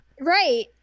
Right